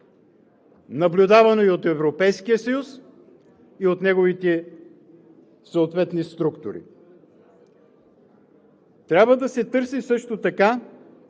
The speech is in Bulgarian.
наблюдавано и от Европейския съюз, и от неговите съответни структури. Трябва да се търси също така